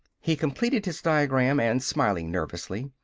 he completed his diagram and, smiling nervously,